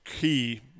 Key